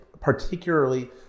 particularly